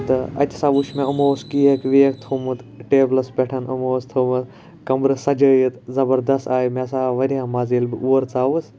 تہٕ اَتہٕ ہَسا وُچھ مےٚ یِمو اوس کیک ویک تھومُت ٹیبلَس پٮ۪ٹھ یِمو اوس تھومُت کَمرٕ سَجٲیِتھ زَبردَست آیہِ مےٚ ہَسا آو واریاہ مَزٕ ییٚلہِ بہٕ اور ژاوُس